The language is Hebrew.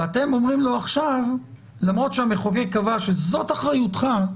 ואתם אומרים לו עכשיו שלמרות שהמחוקק קבע שזאת אחריותך,